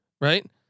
right